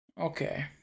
Okay